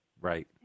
Right